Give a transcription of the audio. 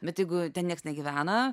bet jeigu ten nieks negyvena